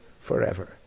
forever